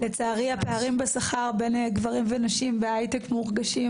לצערי הפערים בשכר בין גברים ונשים בהייטק מורגשים